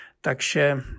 takže